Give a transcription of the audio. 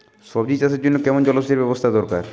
সবজি চাষের জন্য কেমন জলসেচের ব্যাবস্থা দরকার?